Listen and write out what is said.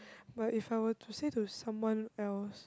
but if I were to say to someone else